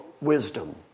wisdom